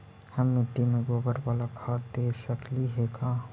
हम मिट्टी में गोबर बाला खाद दे सकली हे का?